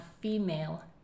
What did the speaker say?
female